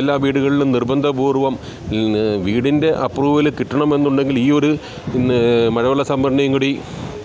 എല്ലാ വീടുകളിലും നിർബന്ധപൂർവ്വം വീടിൻ്റെ അപ്പ്രൂവൽ കിട്ടണമെന്നുണ്ടെങ്കിൽ ഈയൊരു മഴവെള്ള സംഭരണിയും കൂടി